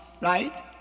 right